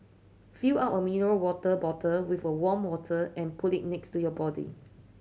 fill up a mineral water bottle with a warm water and put it next to you body